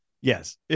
Yes